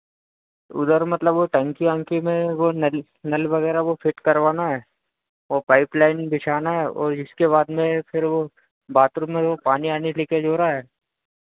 उधर मतलब वो टंकी अंकी में नल नल वगैरह वो फिट करवाना है वो पाइप लाइन बिछाना है और इसके बाद में फिर वो बाथरूम में वो पानी वानी लीकेज हो रहा है